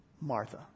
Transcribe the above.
Martha